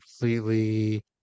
completely